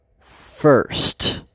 first